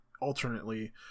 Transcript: alternately